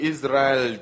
Israel